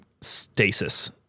stasis